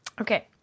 Okay